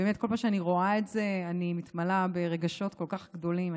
בכל פעם שאני רואה את זה אני מתמלאת ברגשות כל כך גדולים,